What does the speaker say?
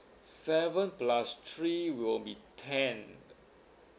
seven plus three will be ten